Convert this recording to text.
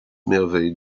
merveilles